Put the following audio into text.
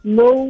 no